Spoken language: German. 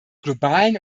globalen